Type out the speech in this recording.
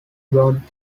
brought